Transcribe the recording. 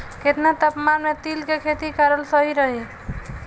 केतना तापमान मे तिल के खेती कराल सही रही?